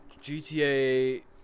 GTA